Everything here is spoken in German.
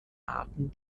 arten